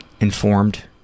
informed